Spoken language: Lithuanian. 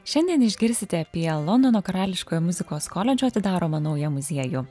šiandien išgirsite apie londono karališkojo muzikos koledžo atidaromą naują muziejų